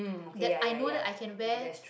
that i know that i can wear